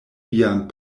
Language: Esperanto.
vian